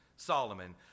Solomon